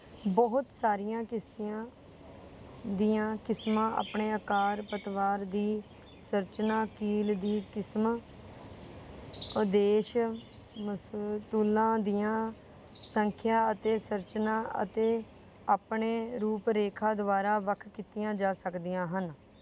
ਬਹੁਤ ਸਾਰੀਆਂ ਕਿਸ਼ਤੀਆਂ ਦੀਆਂ ਕਿਸਮਾਂ ਆਪਣੇ ਆਕਾਰ ਪਤਵਾਰ ਦੀ ਸੰਰਚਨਾ ਕੀਲ ਦੀ ਕਿਸਮਾਂ ਉਦੇਸ਼ ਮਸਤੂਲਾਂ ਦੀਆਂ ਸੰਖਿਆ ਅਤੇ ਸੰਰਚਨਾ ਅਤੇ ਆਪਣੇ ਰੂਪ ਰੇਖਾ ਦੁਆਰਾ ਵੱਖ ਕੀਤੀਆਂ ਜਾ ਸਕਦੀਆਂ ਹਨ